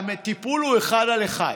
והטיפול הוא אחד על אחד.